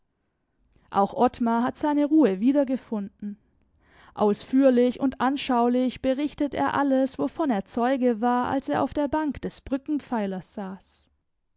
auch ottmar hat seine ruhe wiedergefunden ausführlich und anschaulich berichtet er alles wovon er zeuge war als er auf der bank des brückenpfeilers saß